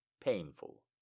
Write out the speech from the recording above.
painful